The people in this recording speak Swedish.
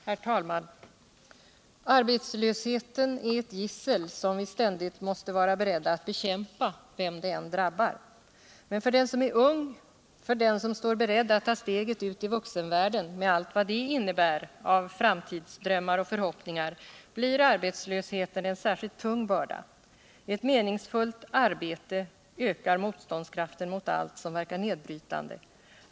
Herr talman! ”Arbetslösheten är et gissel. som vi ständigt måste vara beredda att bekämpa, vem det än drabbar. Men för den som är ung. för den som står beredd att ta steget ut i vuxenvärlden med allt vad det innebär av framtidsdrömmar och förhoppningar blir arbetslösheten en särskilt tung börda. Ett meningsfullt arbete ökar motståndskraften mot allt som verkar nedbrytande.